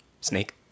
snake